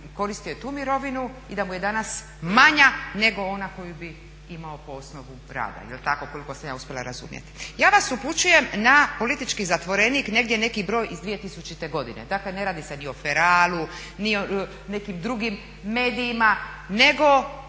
koristi tu mirovinu i da mu je danas manja nego ona koju bi imao po osnovu rada. Jel tako koliko sam ja uspjela razumjeti? Ja vas upućujem na politički zatvorenik negdje neki broj iz 2000. godine, dakle ne radi se ni o Feralu, ni o nekim drugim medijima, nego